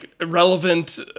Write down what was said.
irrelevant